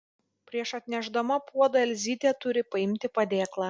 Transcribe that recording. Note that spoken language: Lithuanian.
prieš atnešdama puodą elzytė turi paimti padėklą